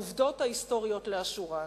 העובדות ההיסטוריות לאשורן: